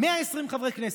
120 חברי כנסת,